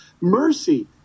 mercy